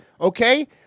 Okay